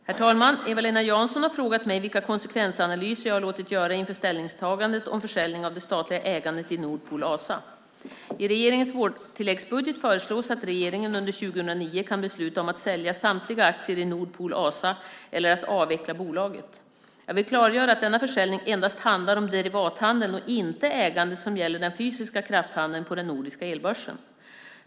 Herr talman! Eva-Lena Jansson har frågat mig vilka konsekvensanalyser jag har låtit göra inför ställningstagandet om försäljning av det statliga ägandet i Nord Pool ASA. I regeringens vårtilläggsbudget föreslås att regeringen under 2009 kan besluta om att sälja samtliga aktier i Nord Pool ASA eller att avveckla bolaget. Jag vill klargöra att denna försäljning endast handlar om derivathandeln och inte ägandet som gäller den fysiska krafthandeln på den nordiska elbörsen.